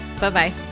Bye-bye